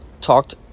talked